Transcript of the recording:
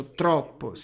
troppo